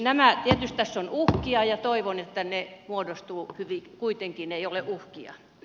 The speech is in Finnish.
nämä tietysti tässä ovat uhkia ja toivon että ne eivät kuitenkaan ole uhkia